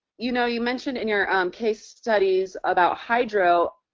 you know, you mentioned in your case studies about hydro,